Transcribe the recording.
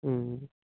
ह्म्